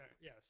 Yes